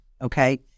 okay